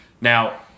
Now